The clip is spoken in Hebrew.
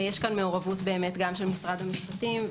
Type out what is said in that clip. יש פה מעורבות של משרדי המשפטים,